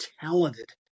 talented